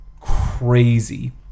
crazy